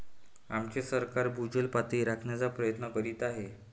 आमचे सरकार भूजल पातळी राखण्याचा प्रयत्न करीत आहे